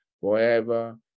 forever